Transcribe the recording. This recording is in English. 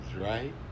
right